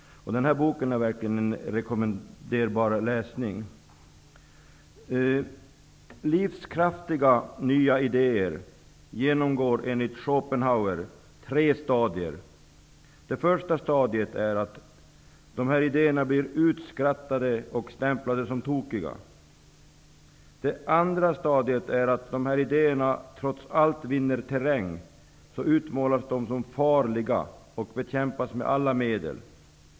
Jag kan verkligen rekommendera den här boken. Livskraftiga, nya idéer genomgår enligt Schopenhauer tre stadier. Det första stadiet är att idéerna blir utskrattade och stämplade som tokiga. Det andra stadiet är att idéerna, när de trots allt vinner terräng, utmålas som farliga och bekämpas med alla medel.